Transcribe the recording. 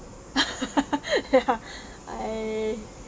ya I